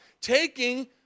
taking